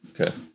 Okay